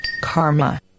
karma